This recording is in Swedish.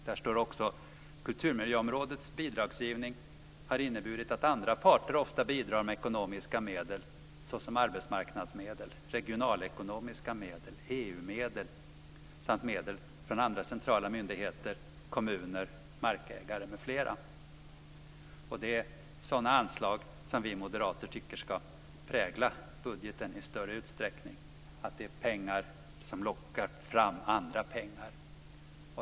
Där står också: "Kulturmiljöområdets bidragsgivning har inneburit att andra parter ofta bidrar med ekonomiska medel såsom arbetsmarknadsmedel, regionalekonomiska medel, EU-medel samt medel från andra centrala myndigheter, kommuner, markägare m.fl." Det är sådana anslag som vi moderater tycker ska prägla budgeten i större utsträckning, dvs. pengar som lockar fram andra pengar.